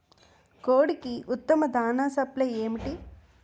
కోడికి ఉత్తమ దాణ సప్లై ఏమిటి?